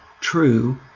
true